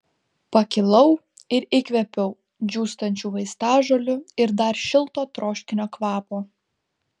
pakilau ir įkvėpiau džiūstančių vaistažolių ir dar šilto troškinio kvapo